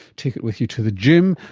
take it with you to the gym,